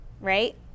right